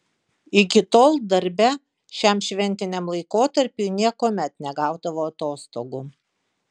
iki tol darbe šiam šventiniam laikotarpiui niekuomet negaudavo atostogų